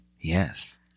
Yes